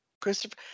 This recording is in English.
Christopher